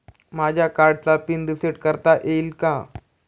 माझ्या कार्डचा PIN reset करता येईल का?